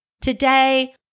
Today